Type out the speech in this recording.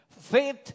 faith